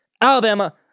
Alabama